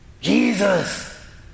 Jesus